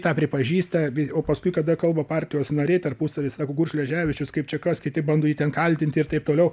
tą pripažįsta o paskui kada kalba partijos nariai tarpusavy sako šleževičius kaip čia kas kiti bando jį ten kaltinti ir taip toliau